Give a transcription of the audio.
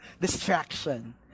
Distraction